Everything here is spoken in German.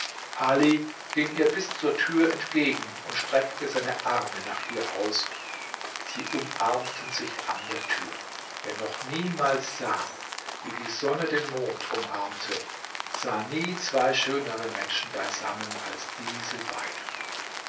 ali ging ihr bis zur tür entgegen und streckte seine arme nach ihr aus sie umarmten sich an der tür wer noch niemals sah wie die sonne den mond umarmte sah nie zwei schönere menschen beisammen als diese beiden